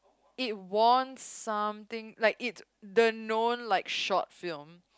it won something like it's the known like the short flim